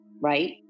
right